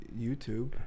YouTube